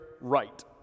right